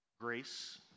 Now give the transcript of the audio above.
Grace